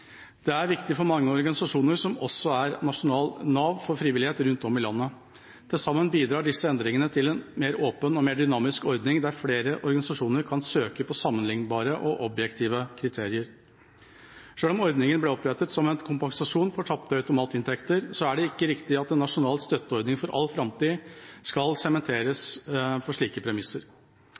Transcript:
Det er viktig for mange organisasjoner som også er et nasjonalt nav for frivillighet rundt om i landet. Til sammen bidrar disse endringene til en mer åpen og mer dynamisk ordning der flere organisasjoner kan søke på sammenlignbare og objektive kriterier. Selv om ordningen ble opprettet som en kompensasjon for tapte automatinntekter, er det ikke riktig at en nasjonal støtteordning for all framtid skal sementeres på slike premisser.